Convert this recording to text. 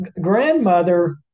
grandmother